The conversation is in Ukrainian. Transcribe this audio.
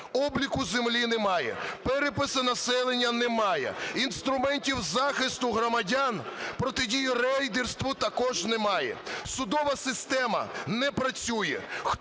Обліку землі немає. Перепису населення немає. Інструментів захисту громадян протидії рейдерству, також немає. Судова система не працює.